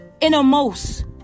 innermost